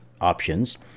options